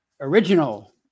original